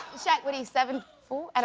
what are you, seven foot? and